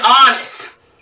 honest